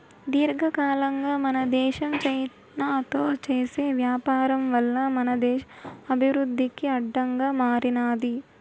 దీర్ఘకాలంగా మన దేశం చైనాతో చేసే వ్యాపారం వల్ల మన దేశ అభివృద్ధికి అడ్డంగా మారినాది